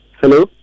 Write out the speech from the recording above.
Hello